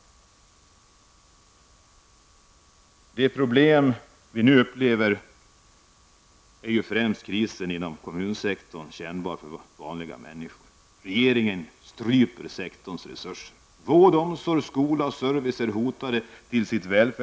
Bland de problem som vi nu upplever är främst krisen inom kommunsektorn den mest kännbara för vanliga människor. Regeringen stryper sektorns resurser. Välfärdsinnehållet i vård, omsorg, skola och kommunal service är hotat.